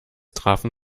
trafen